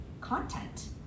content